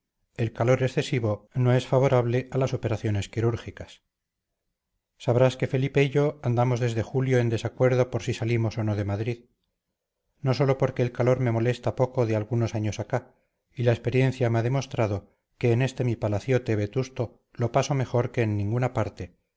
el calor excesivo no es favorable a las operaciones quirúrgicas sabrás que felipe y yo andamos desde julio en desacuerdo por si salimos o no de madrid no sólo porque el calor me molesta poco de algunos años acá y la experiencia me ha demostrado que en este mi palaciote vetusto lo paso mejor que en ninguna parte